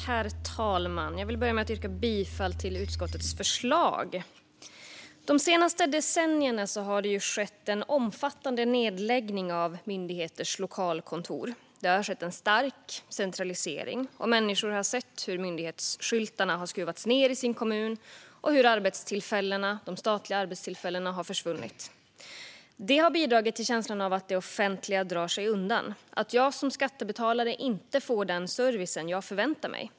Herr talman! Jag vill börja med att yrka bifall till utskottets förslag. De senaste decennierna har det skett en omfattande nedläggning av myndigheters lokalkontor. Det har skett en stark centralisering, och människor har sett hur myndighetsskyltarna har skruvats ned i deras kommun och hur de statliga arbetstillfällena försvunnit. Det har bidragit till känslan av att det offentliga drar sig undan och att jag som skattebetalare inte får den service jag förväntar mig.